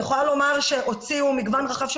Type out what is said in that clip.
אני יכולה לומר שהוציאו מגוון רחב של